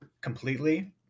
completely